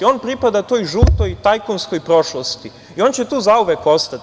On pripada toj žutoj tajkunskoj prošlosti i on će tu zauvek ostati.